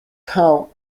thaw